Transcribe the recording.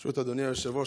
ברשות אדוני היושב-ראש,